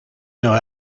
know